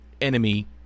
enemy